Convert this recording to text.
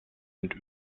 sind